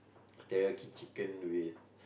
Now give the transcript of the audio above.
teriyaki chicken with